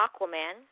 Aquaman